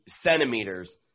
centimeters